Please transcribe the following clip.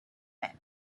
lead